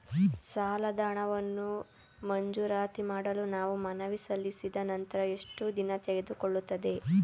ಸಾಲದ ಹಣವನ್ನು ಮಂಜೂರಾತಿ ಮಾಡಲು ನಾವು ಮನವಿ ಸಲ್ಲಿಸಿದ ನಂತರ ಎಷ್ಟು ದಿನ ತೆಗೆದುಕೊಳ್ಳುತ್ತದೆ?